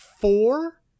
four